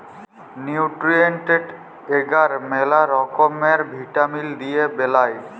nutrient এগার ম্যালা রকমের ভিটামিল দিয়ে বেলায়